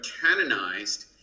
canonized